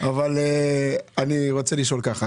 אבל אני רוצה לשאול שאלה כזאת.